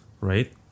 right